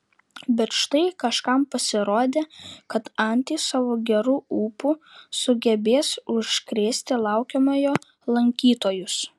bet štai kažkam pasirodė kad antys savo geru ūpu sugebės užkrėsti laukiamojo lankytojus